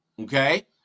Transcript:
okay